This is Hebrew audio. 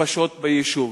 נפשות ביישוב.